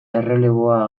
erreleboa